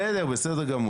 בסדר, בסדר גמור.